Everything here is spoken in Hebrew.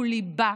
הוא ליבה,